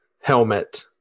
helmet